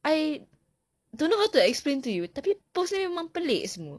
I don't know how to explain to you tapi post dia memang pelik semua